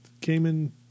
Cayman